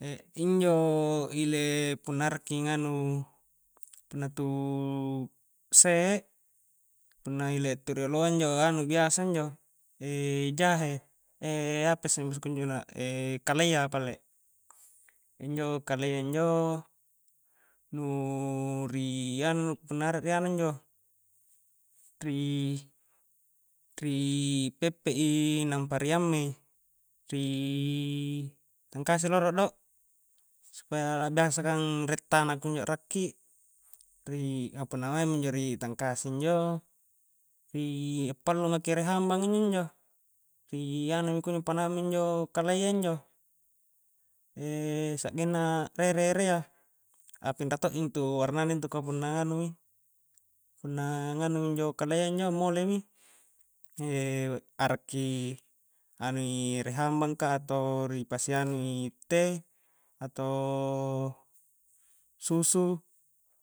E injo ile punna arakki nganu punna tu se' punna ile tu rioloa injo anu biasa injo jahe apasse injo bahasa konjona kalayya pale, injo kalayya injo nu ri anu punna arak ri anu injo ri peppe i nampa ri amme i rii tangkasi rolo do, supaya biasa kang rie tana kunjo akrakki rii ka punna maing mi ri tangkasi injo rii appalu maki ere hambang injo-njo rii anu mi kunjo panaung minjo kalayya injo sa'genna a'rere ere a apinra to'ji intu warna na intu ka punna nganumi-punna nganumi injo kalyya injo mole mi arakki anui ere hambang ka atau ri pasi anui teh atau susu